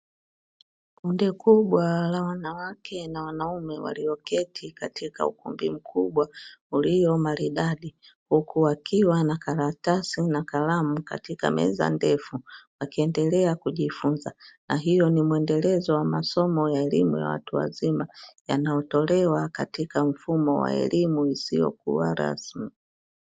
Kundi kubwa la wanawake na wanaume walioketi katika ukumbi mkubwa ulio maridadi huku wakiwa na karatasi na kalamu katika meza ndefu akiendelea kujifunza, na hiyo ni mwendelezo wa masomo ya elimu ya watu wazima yanayotolewa katika mfumo wa elimu isiyokuwa rasmi.